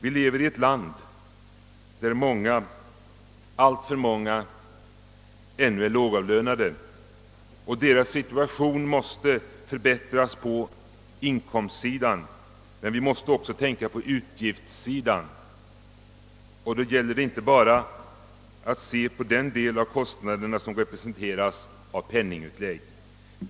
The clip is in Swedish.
Vi lever i ett land där många — alltför många — ännu är lågavlönade, och deras situation måste förbättras på inkomstsidan, men vi måste också tänka på utgiftssidan, och då gäller det att inte bara se på den del av kostnaderna som representeras av penningutlägg.